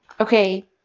Okay